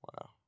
Wow